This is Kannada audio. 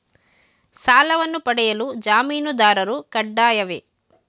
ಸಾಲವನ್ನು ಪಡೆಯಲು ಜಾಮೀನುದಾರರು ಕಡ್ಡಾಯವೇ?